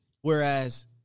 Whereas